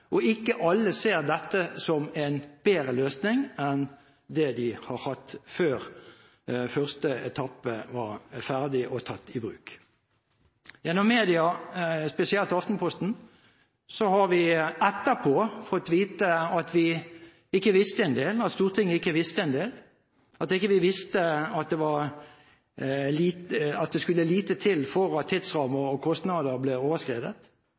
Og ikke alle ser dette som en bedre løsning enn det de hadde før første etappe var ferdig og tatt i bruk. Gjennom media, spesielt Aftenposten, har vi etterpå fått vite at Stortinget ikke visste en del, at vi ikke visste at det skulle lite til for at tidsrammer og kostnader ble overskredet, at det var problemer i innkjøpsprosessen, og at man måtte kunne regne med at